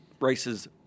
races